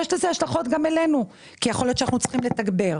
יש לזה השלכות גם עלינו כי יכול להיות אנחנו צריכים לתגבר.